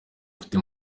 mfite